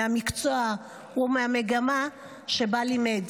מהמקצוע ומהמגמה שבה לימד?